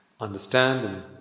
understand